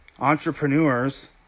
entrepreneurs